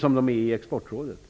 som när det gäller Exportrådet.